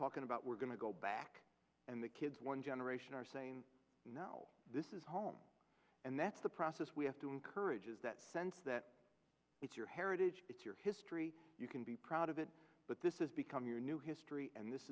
talking about we're going to go back and the kids one generation are saying no this is home and that's the process we have to encourage is that sense that it's your heritage it's your history you can be proud of it but this is become your new history and this